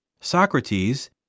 Socrates